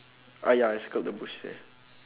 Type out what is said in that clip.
ah ya I circled the bush there